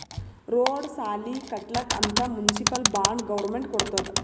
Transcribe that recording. road, ಸಾಲಿ ಕಟ್ಲಕ್ ಅಂತ್ ಮುನ್ಸಿಪಲ್ ಬಾಂಡ್ ಗೌರ್ಮೆಂಟ್ ಕೊಡ್ತುದ್